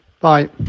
Bye